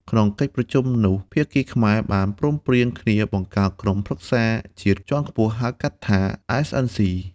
នៅក្នុងកិច្ចប្រជុំនោះ ភាគីខ្មែរបានព្រមព្រៀងគ្នាបង្កើតក្រុមប្រឹក្សាជាតិជាន់ខ្ពស់ ហៅកាត់ថា SNC។